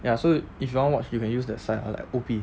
ya so if you want watch you can use that site like O_P